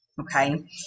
okay